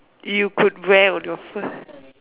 you could wear on your first